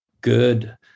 good